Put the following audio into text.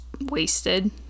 wasted